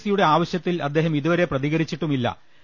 സിയുടെ ആവശ്യ ത്തിൽ അദ്ദേഹം ഇതുവരെ പ്രതികരിച്ചിട്ടുമില്ലു